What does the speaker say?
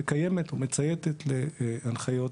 היא מקיימת ומצייתת להנחיות